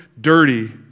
dirty